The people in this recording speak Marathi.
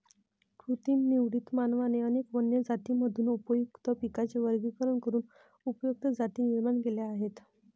कृत्रिम निवडीत, मानवाने अनेक वन्य जातींमधून उपयुक्त पिकांचे वर्गीकरण करून उपयुक्त जाती निर्माण केल्या आहेत